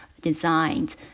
designed